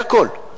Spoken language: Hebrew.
זה הכול.